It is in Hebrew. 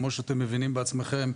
כמו שאתם מבינים בעצמכם,